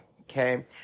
okay